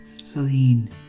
Celine